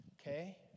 Okay